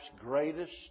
greatest